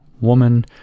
woman